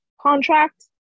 contract